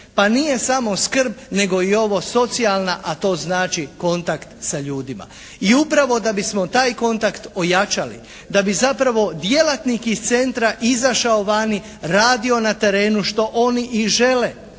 Pa nije samo skrb nego i ovo socijalna a to znači kontakt sa ljudima. I upravo da bismo taj kontakt ojačali da bi zapravo djelatnik iz Centra izašao vani, radio na terenu što oni i žele